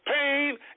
pain